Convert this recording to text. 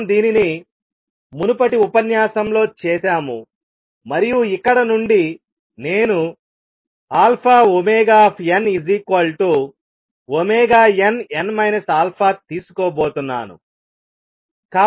మనం దీనిని మునుపటి ఉపన్యాసంలో చేసాము మరియు ఇక్కడ నుండి నేను αωnnn αతీసుకోబోతున్నాను